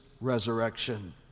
resurrection